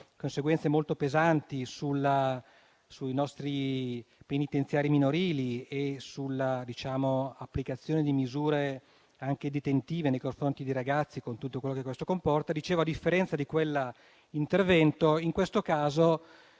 conseguenze molto pesanti sui nostri penitenziari minorili e sulla applicazione di misure anche detentive nei confronti dei ragazzi con tutto quello che questo comporta, in questo caso